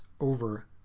over